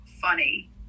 funny